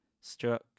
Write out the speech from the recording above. struck